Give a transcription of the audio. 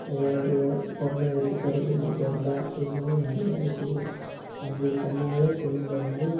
ஏதாவது பொம்மை வச்சு தர்கிறது மொபைலில் இது மாரி நிறையா இருக்குது அது பண்ணால் குழந்தை வந்து